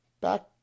back